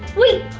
wait,